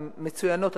הן מצוינות,